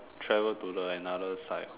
travel to the another side